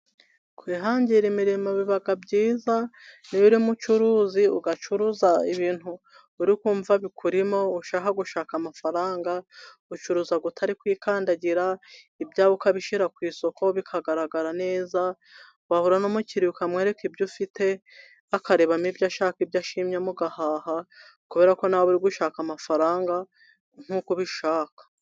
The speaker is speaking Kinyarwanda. Kwihangira imirimo, biba byiza, iyo uri umucuruzi, ugacuruza ibintu uri ukumva bikurimo, ushaka gushaka amafaranga. Ucuruza utari kwikandagira, ibyawe uka bishyira ku isoko, bikagaragara neza. Wahura n'umukiriya, ukamwereka ibyo ufite, akarebamo ibyo ashaka, ibyo ashimye mugahaha, kubera ko nawe uri gushaka amafaranga nk'uko ubishaka.